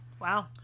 Wow